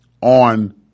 on